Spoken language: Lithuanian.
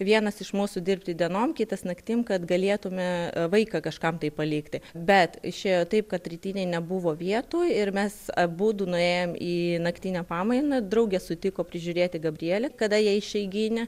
vienas iš mūsų dirbti dienom kitas naktim kad galėtume vaiką kažkam tai palikti bet išėjo taip kad rytinėj nebuvo vietų ir mes abudu nuėjom į naktinę pamainą draugė sutiko prižiūrėti gabrielę kada jai išeiginė